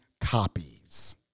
copies